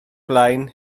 blaen